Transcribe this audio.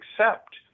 accept